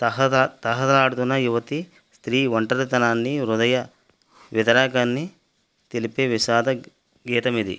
తహ తహలాడుతున్న యువతీ స్త్రీ ఒంటరి తనాన్ని హృదయ విధారకాన్ని తెలిపే విషాద గీతం ఇది